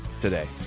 today